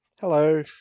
Hello